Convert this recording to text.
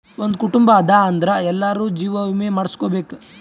ಒಂದ್ ಕುಟುಂಬ ಅದಾ ಅಂದುರ್ ಎಲ್ಲಾರೂ ಜೀವ ವಿಮೆ ಮಾಡುಸ್ಕೊಬೇಕ್